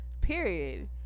period